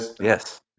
Yes